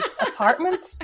apartment